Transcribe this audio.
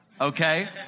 Okay